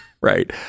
right